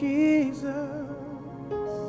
Jesus